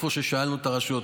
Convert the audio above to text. שאלנו את הרשויות,